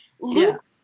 Luke